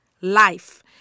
life